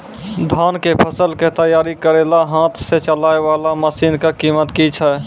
धान कऽ फसल कऽ तैयारी करेला हाथ सऽ चलाय वाला मसीन कऽ कीमत की छै?